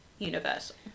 Universal